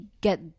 get